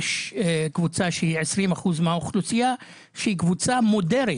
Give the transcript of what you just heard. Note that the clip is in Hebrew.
יש קבוצה שהיא 20% מהאוכלוסייה שמודרת,